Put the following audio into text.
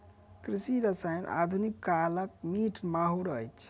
कृषि रसायन आधुनिक कालक मीठ माहुर अछि